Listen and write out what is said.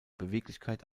beweglichkeit